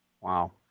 Wow